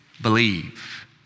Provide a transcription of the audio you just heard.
believe